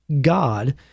God